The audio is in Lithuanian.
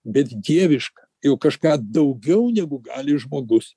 bet dievišką jau kažką daugiau negu gali žmogus